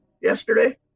yesterday